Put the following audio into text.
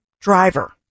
driver